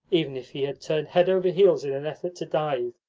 even if he had turned head over heels in an effort to dive,